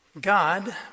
God